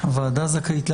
הוועדה זכאית.